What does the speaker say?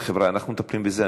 חבר'ה, אנחנו מטפלים בזה.